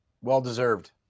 Well-deserved